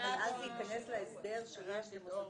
זה ייכנס להסדר עם מד"א,